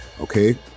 okay